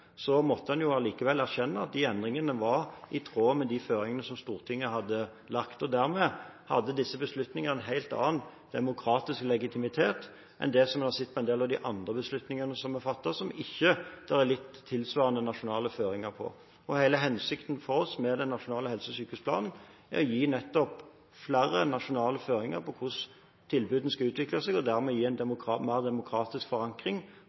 måtte en jo likevel erkjenne at de endringene var i tråd med de føringene som Stortinget hadde lagt. Dermed hadde disse beslutningene en helt annen demokratisk legitimitet enn det vi har sett når det gjelder en del av de andre beslutningene som er fattet, og som det ikke er gitt tilsvarende nasjonale føringer for. Hele hensikten for oss med den nasjonale helse- og sykehusplanen er nettopp å gi flere nasjonale føringer for hvordan tilbudet skal utvikle seg og dermed gi en mer demokratisk forankring